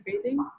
breathing